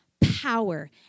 Power